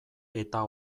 eta